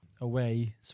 away